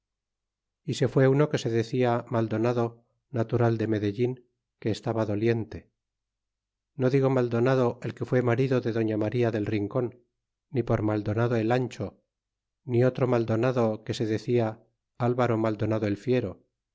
y se fue uno que se decia maldonado natural de medellin que estaba doliente no digo maldonado el que fue marido de doña maría del rincon ni por maldonado el ancho ni otro maldonado que se decia albero maldonado el fiero